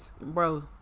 bro